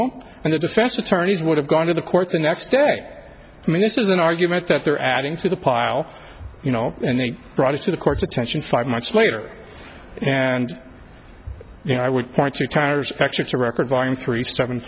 him and the defense attorneys would have gone to the court the next day i mean this is an argument that they're adding to the pile you know and they brought it to the court's attention five months later and you know i would point to tires actually to record buying three seven